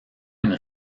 une